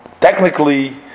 technically